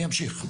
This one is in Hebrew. אני אמשיך.